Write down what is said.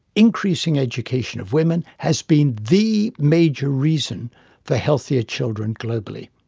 increasing education of women has been the major reason for healthier children globally.